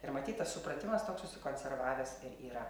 ir matyt tas supratimas toks užsikonservavęs ir yra